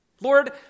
Lord